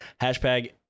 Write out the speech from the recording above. hashtag